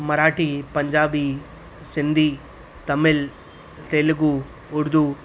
Marathi Punjabi Sindhi Tamil Telugu Urdu